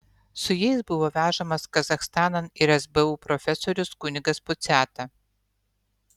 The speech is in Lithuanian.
su jais buvo vežamas kazachstanan ir sbu profesorius kunigas puciata